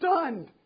stunned